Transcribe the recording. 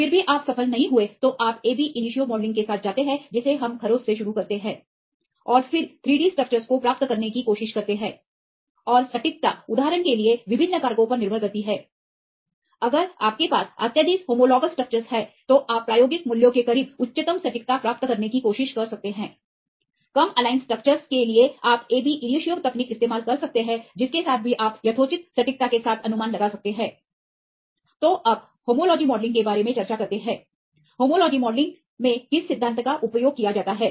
फिर भी आप सफल नहीं हुए तो आप एबी इनिशियो मॉडलिंग के साथ जाते हैं जिसे हम खरोंच से शुरू करते हैं और फिर 3D स्ट्रक्चर्स को प्राप्त करने की कोशिश करते हैं और सटीकता उदाहरण के लिए विभिन्न कारकों पर निर्भर करती है अगर आपके पास अत्यधिक होमोलॉग्स स्ट्रक्चरस हैं तो आप प्रायोगिक मूल्यों के करीब उच्चतम सटीकता प्राप्त करने की कोशिश कर सकते हैं कम एलाइनस्ट्रक्चर्सके लिए आप एबी इनिशियो तकनीक इस्तेमाल कर सकते हैं जिसके साथ भीआप यथोचित सटीकता के साथ अनुमान लगा सकते हैंतो अब होम्योलॉजी मॉडलिंग के बारे में चर्चा करते हैं होमोलॉजी मॉडलिंग मे किस सिद्धांत का उपयोग किया जाता है